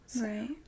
Right